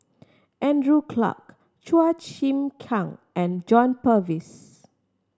Andrew Clarke Chua Chim Kang and John Purvis